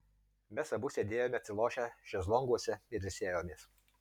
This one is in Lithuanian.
mes abu sėdėjome atsilošę šezlonguose ir ilsėjomės